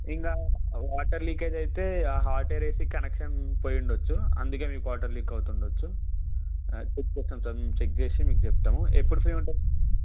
ఇంకా water leakage అయితే ఆ హార్డ్వేర్ ఏసీ కనెక్షన్ పోయి ఉండచ్చు అందుకని మీకు వాటర్ లీక్ అవుతుండవచ్చు చెక్ చేస్తాం సార్ మేము చెక్ చేసి మీకు చెప్తాం ఎప్పుడు ఫ్రీ ఉంటారు సార్ మీరు